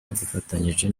dufatanyije